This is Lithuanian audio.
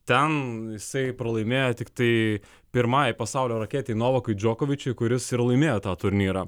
ten jisai pralaimėjo tiktai pirmai pasaulio raketei novakui džokovičiui kuris ir laimėjo tą turnyrą